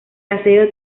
asedio